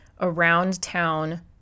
around-town